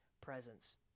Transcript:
presence